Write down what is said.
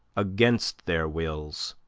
against their wills,